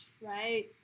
right